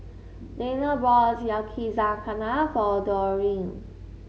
Danae bought Yakizakana for Dereon